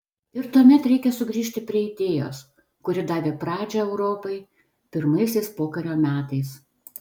ir tuomet reikia sugrįžti prie idėjos kuri davė pradžią europai pirmaisiais pokario metais